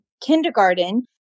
kindergarten